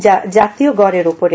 যা জাতীয় গড়ের উপরে